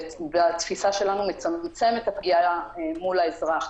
בתפיסה שלנו, מצמצם את הפגיעה באזרח.